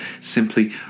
simply